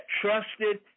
trusted